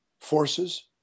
forces